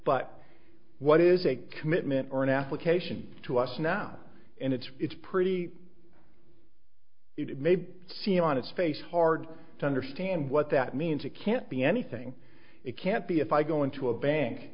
but what is a commitment or an application to us now and it's it's pretty it may seem on its face hard to understand what that means it can't be anything it can't be if i go into a